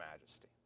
majesty